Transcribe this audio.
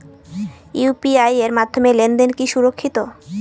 UPI এর মাধ্যমে লেনদেন কি সুরক্ষিত?